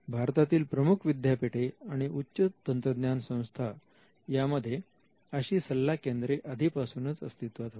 भारतातील प्रमुख विद्यापीठे आणि उच्च तंत्रज्ञान संस्था यामध्ये अशी सल्ला केंद्रे आधीपासूनच अस्तित्वात होती